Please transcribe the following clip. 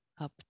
up